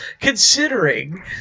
considering